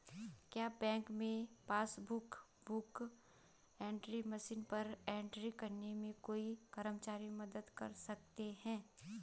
क्या बैंक में passbook book entry machine पर एंट्री करने में कोई कर्मचारी मदद कर सकते हैं?